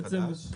זה חדש?